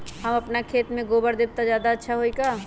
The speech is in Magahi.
हम अपना खेत में गोबर देब त ज्यादा अच्छा होई का?